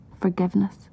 forgiveness